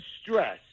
stress